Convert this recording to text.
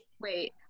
Wait